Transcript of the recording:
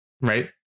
right